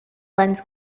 lens